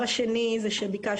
אם נגיע